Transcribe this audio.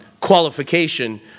qualification